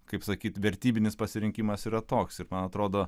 kaip sakyt vertybinis pasirinkimas yra toks ir man atrodo